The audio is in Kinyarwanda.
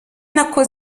nako